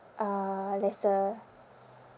uh lesser